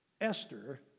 Esther